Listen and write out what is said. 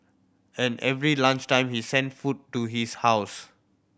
and every lunch time he sent food to his house